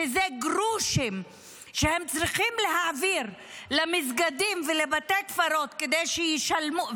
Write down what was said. שזה גרושים שהם צריכים להעביר למסגדים ולבתי קברות כדי שישלמו,